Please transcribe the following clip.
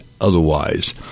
otherwise